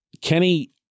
Kenny